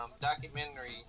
documentary